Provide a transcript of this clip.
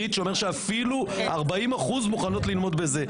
העברית שאומר שאפילו כ-40% מוכנות ללמוד ככה,